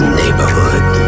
neighborhood